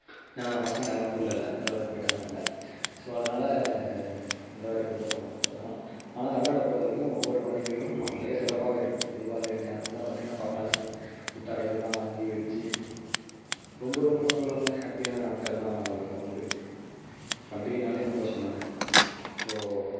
ஏன்னா பசங்கள் யாரும் ஊர்ல இல்லை எல்லாரும் போய்விட்டாங்க வெளில ஸோ அதனால இந்த வாட்டி பெருசாக பொங்கல் வேணாம் ஆனால் தமிழ்நாட்டை பொறுத்த வரைக்கும் ஒவ்வொரு பண்டிகைகளும் மிக சிறப்பாகவே இருக்கும் தீபாவளி நேரங்களெல்லாம் பார்த்தீங்கனா பட்டாசு புத்தாடைகள்லாம் வாங்கி வெடித்து ரொம்ப ரொம்ப ரொம்ப ரொம்ப ஹேப்பியான நாட்கள்லாம் உண்டு பண்டிகையினாலே சந்தோஷம் தானே ஸோ